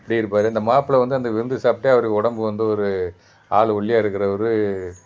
இப்படியே இருப்பாங்க இந்த மாப்பிள வந்து அந்த விருந்து சாப்பிட்டே அவர் உடம்பு வந்து ஒரு ஆள் ஒல்லியாக இருக்கிறவரு